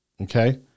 Okay